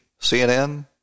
CNN